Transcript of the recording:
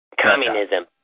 Communism